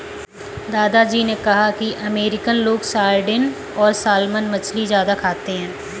दादा जी ने कहा कि अमेरिकन लोग सार्डिन और सालमन मछली ज्यादा खाते हैं